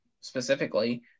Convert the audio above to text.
specifically